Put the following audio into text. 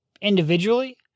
individually